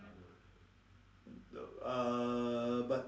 err but